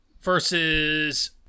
versus